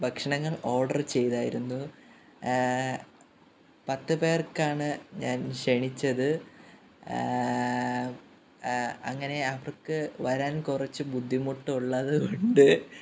ഭക്ഷണങ്ങൾ ഓർഡറ് ചെയ്തായിരുന്നു പത്തു പേർക്കാണ് ഞാൻ ക്ഷണിച്ചത് അങ്ങനെ അവർക്ക് വരാൻ കുറച്ച് ബുദ്ധിമുട്ടുള്ളത് കൊണ്ട്